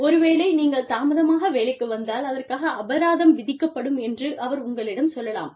ஒருவேளை நீங்கள் தாமதமாக வேலைக்கு வந்தால் அதற்காக அபராதம் விதிக்கப்படும் என்று அவர் உங்களிடம் சொல்லலாம்